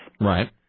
Right